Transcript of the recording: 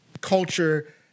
culture